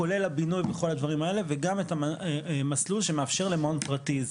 כולל הבינוי וכל הדברים האלה וגם את המסלול שמאפשר למעון פרטי.